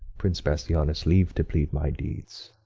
prince bassianus, leave to plead my deeds.